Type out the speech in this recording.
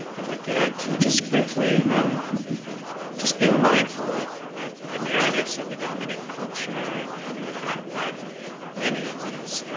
i'd like to add too, just briefly, um just being mindful of of the narratives of the dominant culture and the fact that many of these